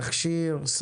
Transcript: תכשיר,